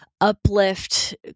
uplift